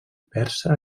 persa